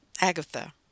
Agatha